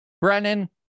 Brennan